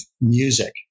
music